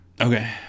Okay